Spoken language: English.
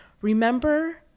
remember